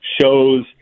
shows